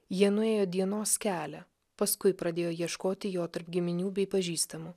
jie nuėjo dienos kelią paskui pradėjo ieškoti jo tarp giminių bei pažįstamų